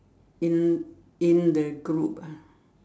in in the group ah